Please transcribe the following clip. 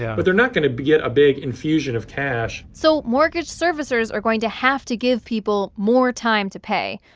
yeah but they're not going to get a big infusion of cash so mortgage servicers are going to have to give people more time to pay.